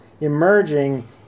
emerging